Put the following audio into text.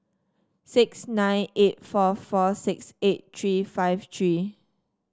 six nine eight four four six eight three five three